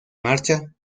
marcha